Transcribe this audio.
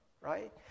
right